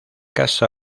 caso